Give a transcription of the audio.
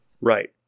Right